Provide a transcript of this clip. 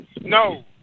no